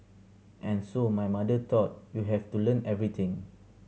and so my mother thought you have to learn everything